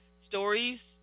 stories